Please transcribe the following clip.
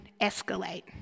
escalate